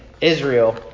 Israel